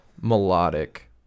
melodic